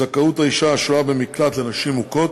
זכאות לגמלה בתקופת שהייה במקלט לנשים מוכות),